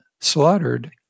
slaughtered